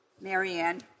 Marianne